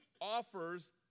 offers